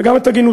וגם את הגינותך,